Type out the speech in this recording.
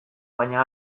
baina